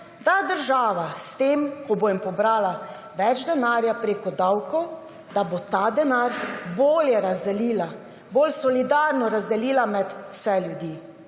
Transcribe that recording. da država s tem, ko jim bo pobrala več denarja preko davkov, da bo ta denar bolje razdelila, bolj solidarno razdelila med vse ljudi.